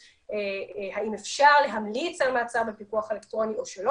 האם אפשר מעצר בפיקוח אלקטרוני או שלא.